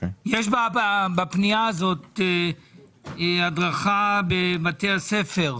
יש בפנייה הזאת הדרכה בבתי הספר.